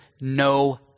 no